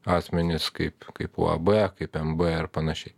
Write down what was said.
asmenys kaip kaip uab kaip nb ar panašiai